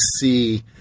see